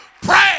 pray